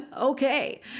okay